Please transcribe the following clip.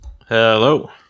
Hello